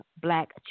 black